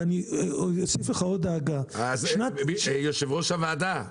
ואני אוסיף לך עוד דאגה --- יו"ר הוועדה,